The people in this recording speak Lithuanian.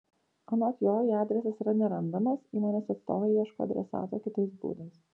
anot jo jei adresas yra nerandamas įmonės atstovai ieško adresato kitais būdais